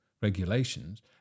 regulations